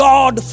God